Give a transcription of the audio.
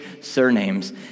surnames